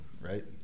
right